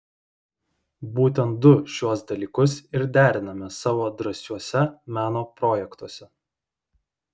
būtent du šiuos dalykus ir deriname savo drąsiuose meno projektuose